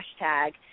hashtag